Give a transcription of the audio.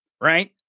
Right